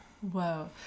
whoa